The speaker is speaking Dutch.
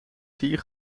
vier